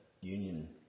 union